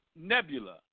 Nebula